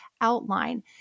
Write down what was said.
outline